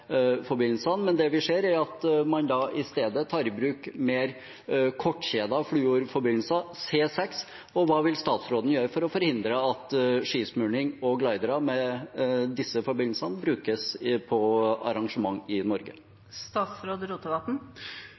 men det vi ser, er at man da i stedet tar i bruk mer kortkjedete fluorforbindelser, C6. Hva vil statsråden gjøre for å forhindre at skismøring og glidere med disse forbindelsene brukes på arrangement i